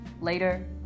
later